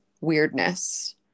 weirdness